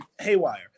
haywire